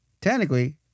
technically